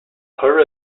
her